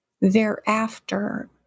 thereafter